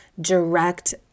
direct